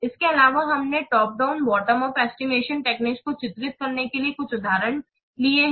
इसके अलावा हमने टॉप डाउन और बॉटम अप एस्टिमेशन टेक्निक को चित्रित करने के लिए कुछ उदाहरण लिए हैं